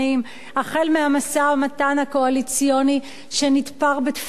החל מהמשא-ומתן הקואליציוני שנתפר בתפרים גסים